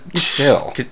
Chill